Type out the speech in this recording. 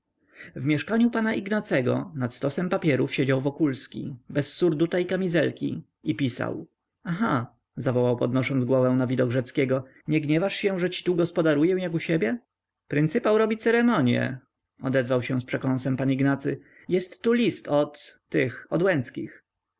w mieszkaniu pana ignacego nad stosem papierów siedział wokulski bez surduta i kamizelki i pisał aha zawołał podnosząc głowę na widok rzeckiego nie gniewasz się że ci tu gospodaruję jak u siebie pryncypał robi ceremonie odezwał się z przekąsem pan ignacy jest tu list od tych